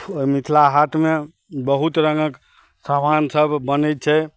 मिथिला हाटमे बहुत रङ्गक समान सब बनै छै